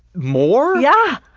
more? yeah!